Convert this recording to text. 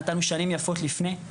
נתנו ששנים יפות לפני,